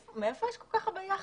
מאיפה יש כל כך הרבה יכטות?